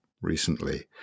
recently